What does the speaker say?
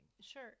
Sure